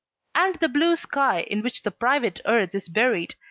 and the blue sky in which the private earth is buried,